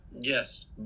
Yes